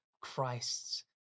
Christ's